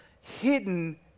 hidden